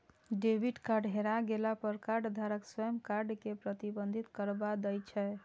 debit card हेरा गेला पर कार्डधारक स्वयं कार्ड कें प्रतिबंधित करबा दै छै